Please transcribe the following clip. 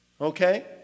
Okay